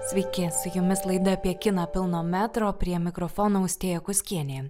sveiki su jumis laida apie kiną pilno metro prie mikrofono austėja kuskienė